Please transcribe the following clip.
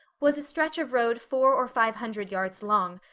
was a stretch of road four or five hundred yards long,